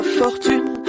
fortune